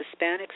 Hispanics